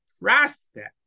prospect